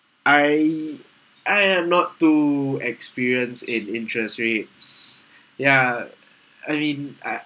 I I am not to experience in interest rates ya I mean uh